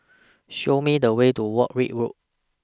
Show Me The Way to Warwick Road